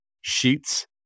sheets